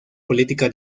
política